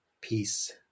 Peace